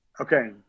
okay